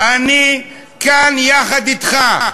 אני כאן יחד אתך,